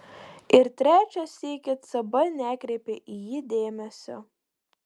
ir trečią sykį cb nekreipė į jį dėmesio